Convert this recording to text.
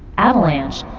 avalanche